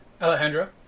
Alejandra